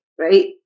right